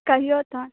कहियौ तहन